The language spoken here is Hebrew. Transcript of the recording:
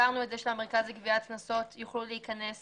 שהמרכז לגביית קנסות יוכלו להיכנס